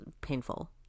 painful